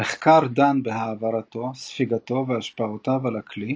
המחקר דן בהעברתו, ספיגתו, והשפעותיו על הכלי,